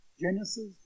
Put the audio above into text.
Genesis